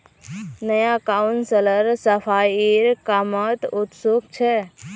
नया काउंसलर सफाईर कामत उत्सुक छ